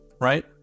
right